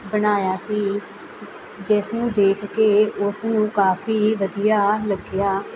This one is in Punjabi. ਬਣਾਇਆ ਸੀ ਜਿਸ ਨੂੰ ਦੇਖ ਕੇ ਉਸ ਨੂੰ ਕਾਫ਼ੀ ਵਧੀਆ ਲੱਗਿਆ